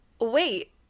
wait